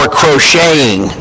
crocheting